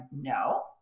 no